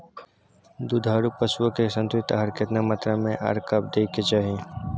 दुधारू पशुओं के संतुलित आहार केतना मात्रा में आर कब दैय के चाही?